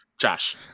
Josh